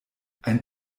ein